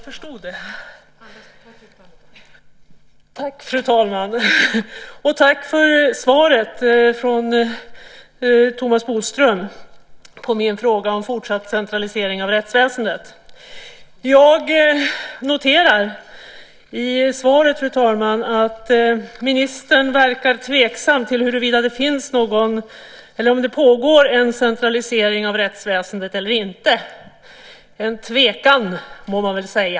Fru talman! Tack för svaret från Thomas Bodström på min fråga om fortsatt centralisering av rättsväsendet. Jag noterar i svaret att ministern verkar tveksam till huruvida det pågår en centralisering av rättsväsendet eller inte. Det är en tvekan, må man väl säga.